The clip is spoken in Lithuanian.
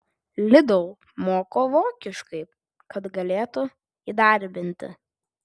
lidl moko vokiškai kad galėtų įdarbinti